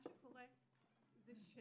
מה שקורה הוא,